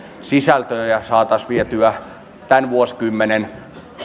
sisältöjä saataisiin vietyä tämän vuosikymmenen